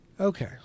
Okay